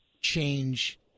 change